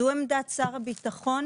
זו עמדת שר הביטחון.